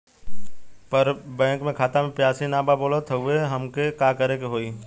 पर बैंक मे खाता मे पयीसा ना बा बोलत हउँव तब हमके का करे के होहीं?